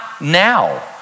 now